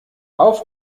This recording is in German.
auf